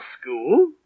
School